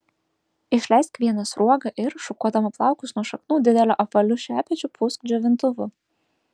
išleisk vieną sruogą ir šukuodama plaukus nuo šaknų dideliu apvaliu šepečiu pūsk džiovintuvu